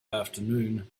afternoon